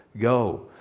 Go